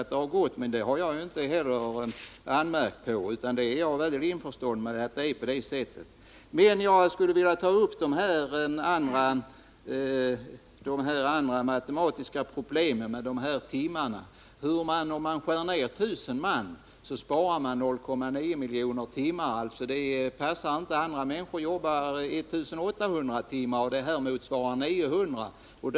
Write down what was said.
Torsdagen den Men jag har heller inte anmärkt på varvet av den anledningen, utan jag är 5 juni 1980 medveten om vad som har hänt. Jag skulle vilja ta upp de matematiska problemen beträffande arbetstimmarna. Om man skär ned arbetsstyrkan med 1 000 man, skulle 0,9 miljoner arbetstimmar sparas. Det stämmer inte. Andra människor arbetar 1800 timmar, och den angivna siffran skulle motsvara 900 timmar.